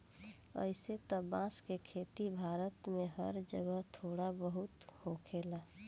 अइसे त बांस के खेती भारत में हर जगह थोड़ा बहुत होखेला